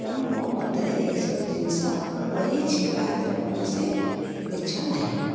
ତେଣୁ ମୋ ମତରେ ଏସବୁ ଜିନିଷ ରହିଛି ୟା ଦେହରେ କୌଣସି ମିଛ ନାହିଁ